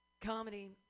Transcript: comedy